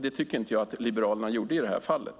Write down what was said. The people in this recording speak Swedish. Det tycker inte jag att liberalerna gjorde i det här fallet.